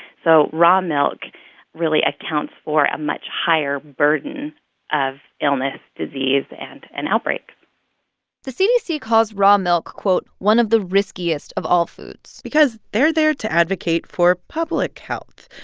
so raw milk really accounts for a much higher burden of illness, disease and and outbreak the cdc calls raw milk, quote, one of the riskiest of all foods. because they're there to advocate for public health.